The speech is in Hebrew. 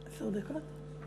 עשר דקות.